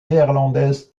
néerlandaise